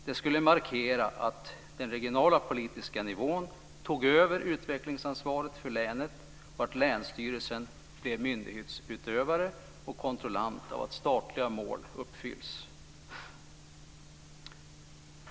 Det skulle markera att den regionala politiska nivån tog över utvecklingsansvaret för länet och att länsstyrelsen blev myndighetsutövare och kontrollant av att statliga mål uppfylls.